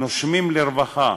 "נושמים לרווחה",